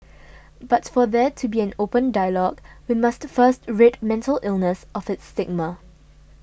but for there to be an open dialogue we must first rid mental illness of its stigma